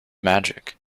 magic